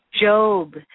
Job